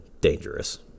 dangerous